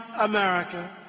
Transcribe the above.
America